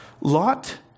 Lot